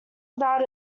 without